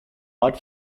mud